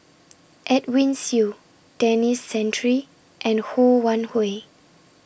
Edwin Siew Denis Santry and Ho Wan Hui